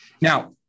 Now